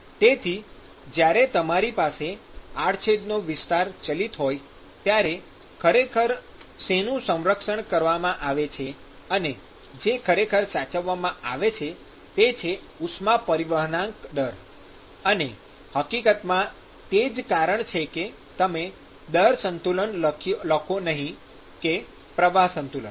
તેથી જ્યારે તમારી પાસે આડછેદનો વિસ્તાર ચલિત હોય ત્યારે ખરેખર શેનું સંરક્ષણ કરવામાં આવે છે અને જે ખરેખર સાચવવામાં આવે છે તે છે ઉષ્મા પરિવહનાંક દર અને હકીકતમાં તે જ કારણ છે કે તમે દર સંતુલન લખો નહીં કે પ્રવાહ સંતુલન